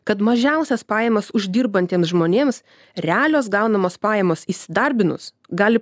kad mažiausias pajamas uždirbantiem žmonėms realios gaunamos pajamos įsidarbinus gali